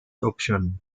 option